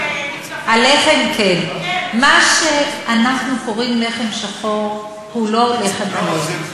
מה שאנחנו קוראים לו לחם שחור הוא לא לחם מלא,